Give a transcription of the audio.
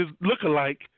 look-alike